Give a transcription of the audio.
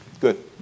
Good